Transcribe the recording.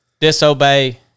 disobey